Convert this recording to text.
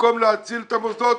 במקום להציל את המוסדות.